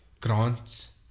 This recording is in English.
grants